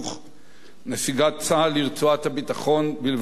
נסיגת צה"ל לרצועת הביטחון בלבנון ועוד.